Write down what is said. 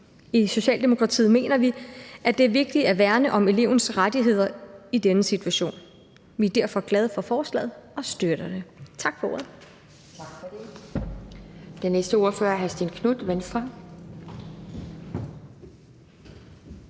I Socialdemokratiet mener vi, at det er vigtigt at værne om elevens rettigheder i den situation. Vi er derfor glade for forslaget og støtter det. Tak for ordet.